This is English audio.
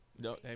no